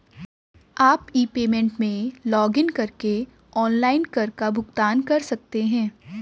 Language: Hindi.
आप ई पेमेंट में लॉगइन करके ऑनलाइन कर का भुगतान कर सकते हैं